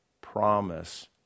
promise